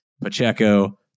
Pacheco